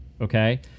Okay